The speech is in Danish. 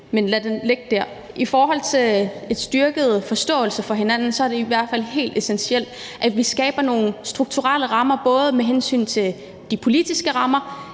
Lad den ligge der. I forhold til en styrket forståelse for hinanden er det i hvert fald helt essentielt, at vi skaber nogle strukturelle rammer både med hensyn til de politiske rammer,